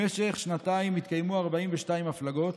במשך שנתיים התקיימו 42 הפלגות,